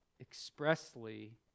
expressly